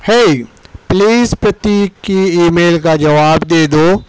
ہے پلیز پرتیک کی email کا جواب دے دو